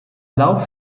lauf